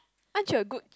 aren't you a good